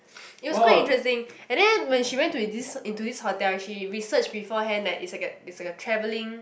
it was quite interesting and then when she went into this into this hotel she researched beforehand that it's like a it's like a travelling